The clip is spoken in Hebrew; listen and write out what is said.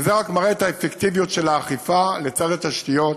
וזה רק מראה את האפקטיביות של האכיפה לצד התשתיות,